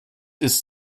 ist